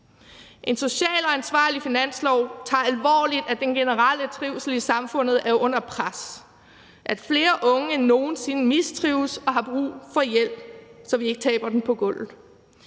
En social og ansvarlig finanslov tager det alvorligt, at den generelle trivsel i samfundet er under pres; at flere unge end nogen sinde mistrives og har brug for hjælp, så vi ikke taber dem på gulvet;